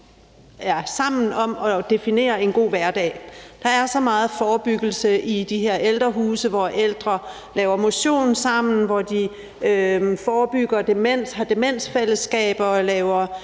er sammen om at definere en god hverdag. Der er så meget forebyggelse i de her ældrehuse, hvor ældre laver motion sammen, hvor de forebygger demens, har demensfællesskaber, spiller